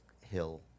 hill